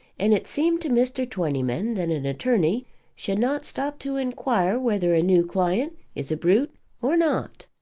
and it seemed to mr. twentyman that an attorney should not stop to inquire whether a new client is a brute or not.